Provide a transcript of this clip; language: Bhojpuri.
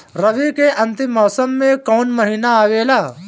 रवी के अंतिम मौसम में कौन महीना आवेला?